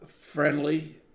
friendly